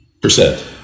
Percent